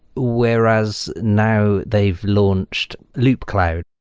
whereas now, they've launched loopcloud.